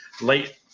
late